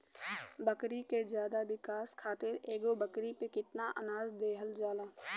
बकरी के ज्यादा विकास खातिर एगो बकरी पे कितना अनाज देहल जाला?